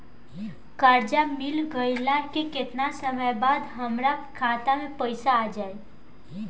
कर्जा मिल गईला के केतना समय बाद हमरा खाता मे पैसा आ जायी?